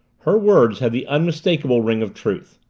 her words had the unmistakable ring of truth.